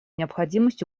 необходимость